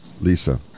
Lisa